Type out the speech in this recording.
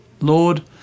Lord